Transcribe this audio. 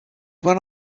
when